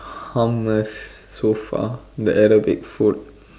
hummus so far the Arabic food